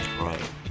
Right